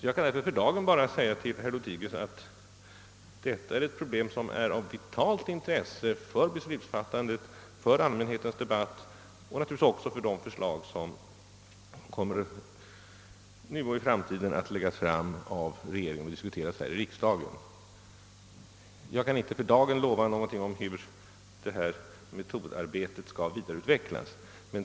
Jag kan för dagen bara säga till herr Lothigius att detta problem är av vitalt intresse för beslutsfattandet, för allmänhetens debatt och naturligtvis också för de förslag som nu och i framtiden läggs fram av regeringen och diskuteras här i riksdagen. Jag kan inte nu lova någonting om hur detta metod arbete kommer att vidareutvecklas.